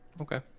Okay